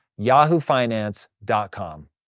yahoofinance.com